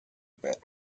about